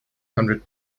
hundred